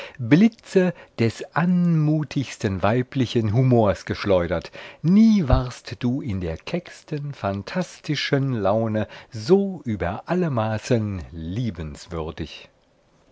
blitze des unmutigsten weiblichen humors geschleudert nie warst du in der kecksten phantastischen laune so über alle maßen liebenswürdig